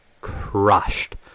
crushed